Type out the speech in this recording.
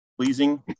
pleasing